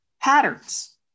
patterns